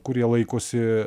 kurie laikosi